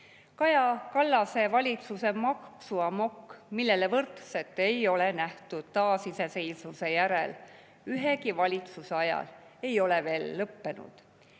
Kaja Kallase valitsuse maksuamokk, millele võrdset ei ole nähtud taasiseseisvumise järel ühegi valitsuse ajal, ei ole veel lõppenud.